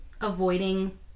avoiding